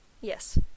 Yes